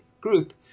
group